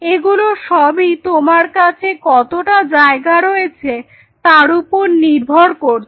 এগুলো সবই তোমার কাছে কতটা জায়গা রয়েছে তার উপর নির্ভর করছে